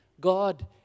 God